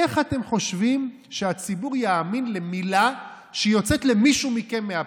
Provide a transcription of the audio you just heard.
איך אתם חושבים שהציבור יאמין למילה שיוצאת למישהו מכם מהפה?